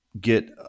get